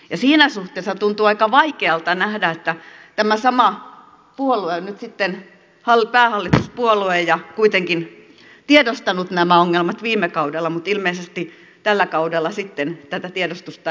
ja siinä suhteessa tuntuu aika vaikealta nähdä että tämä sama puolue on nyt sitten päähallituspuolue ja kuitenkin tiedostanut nämä ongelmat viime kaudella mutta ilmeisesti tällä kaudella sitten tätä tiedostusta ei enää tapahdu